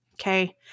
Okay